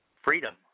Freedom